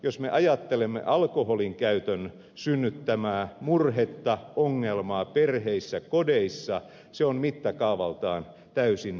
jos me ajattelemme alkoholinkäytön synnyttämää murhetta ongelmaa perheissä kodeissa se on mittakaavaltaan täysin toista luokkaa